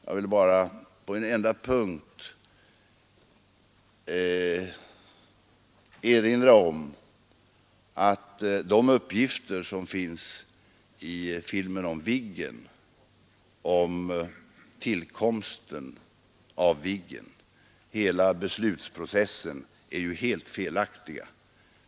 Jag skall bara ta upp en enda punkt. De uppgifter som finns i filmen om Viggens tillkomst och om hela beslutsprocessen är helt felaktiga.